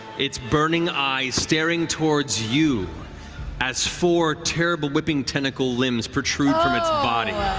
its burning eyes staring towards you as four terrible whipping tentacle limbs protrude from its body.